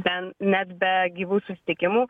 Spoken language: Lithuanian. ten net be gyvų susitikimų